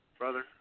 brother